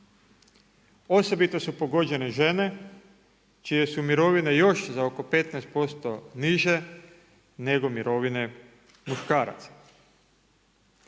Osobito su pogođene žene čije su mirovine još za oko 15% niže, nego mirovine muškaraca.